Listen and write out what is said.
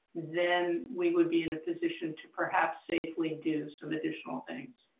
then we would be in a position to perhaps safely do some additional things,